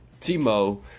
Timo